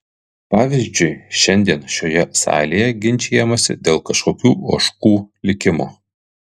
pavyzdžiui šiandien šioje salėje ginčijamasi dėl kažkokių ožkų likimo